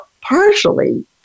partially